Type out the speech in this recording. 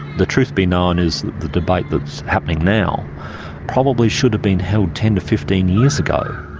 the truth be known is that the debate that's happening now probably should have been held ten to fifteen years ago.